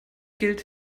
gilt